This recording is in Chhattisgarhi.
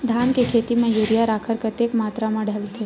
धान के खेती म यूरिया राखर कतेक मात्रा म डलथे?